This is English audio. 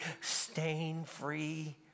stain-free